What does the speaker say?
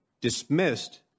dismissed